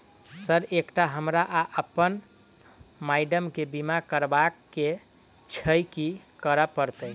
Sir एकटा हमरा आ अप्पन माइडम केँ बीमा करबाक केँ छैय की करऽ परतै?